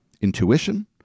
Intuition